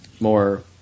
more